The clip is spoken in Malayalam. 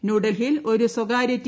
ന്യൂഡൽഹിയിൽ ഒരു സ്വകാര്യ ടി